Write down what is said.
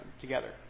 together